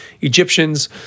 Egyptians